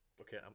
Okay